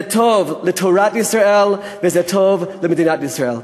זה טוב לתורת ישראל וזה טוב למדינת ישראל.